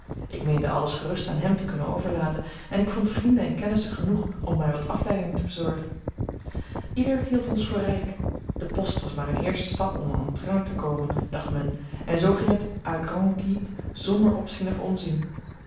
ik meende alles gerust aan hem te kunnen overlaten en ik vond vrienden en kennissen genoeg om mij wat afleiding te bezorgen ieder hield ons voor rijk de post was maar een eerste stap om en train te komen dacht men en zoo ging het à grandes guides zonder opzien of omzien